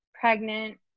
pregnant